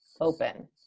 open